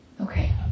Okay